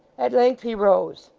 at length he rose.